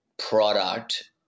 product